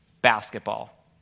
Basketball